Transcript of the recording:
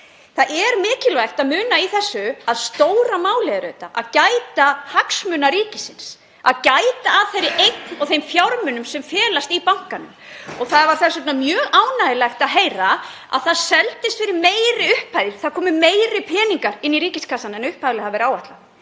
Það er mikilvægt að muna í þessu að stóra málið er auðvitað að gæta hagsmuna ríkisins, að gæta að þeirri eign og þeim fjármunum sem felast í bankanum. Það var þess vegna mjög ánægjulegt að heyra að það seldist fyrir hærri upphæðir, það komu meiri peningar inn í ríkiskassann en upphaflega hafði verið áætlað.